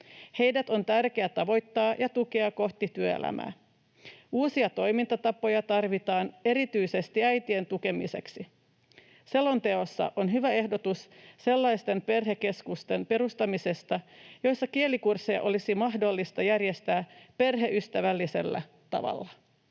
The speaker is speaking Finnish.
Heidät on tärkeä tavoittaa ja tukea heitä kohti työelämää. Uusia toimintatapoja tarvitaan erityisesti äitien tukemiseksi. Selonteossa on hyvä ehdotus sellaisten perhekeskusten perustamisesta, joissa kielikursseja olisi mahdollista järjestää perheystävällisellä tavalla.